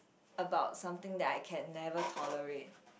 about something that I can never tolerate